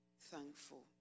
thankful